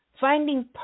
Finding